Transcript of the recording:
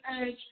edge